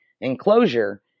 enclosure